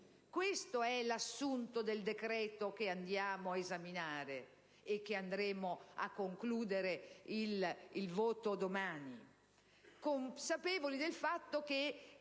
Questo è l'assunto del decreto-legge che andiamo ad esaminare e che andremo a concludere domani con il voto, consapevoli del fatto che